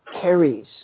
carries